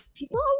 People